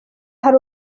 hari